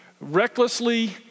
recklessly